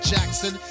Jackson